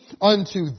unto